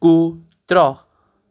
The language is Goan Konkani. कुत्रो